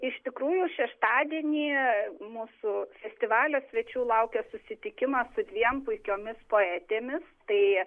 iš tikrųjų šeštadienį mūsų festivalio svečių laukia susitikimas su dviem puikiomis poetėmis tai